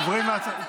עוברים, הצבעה.